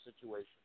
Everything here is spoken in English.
situation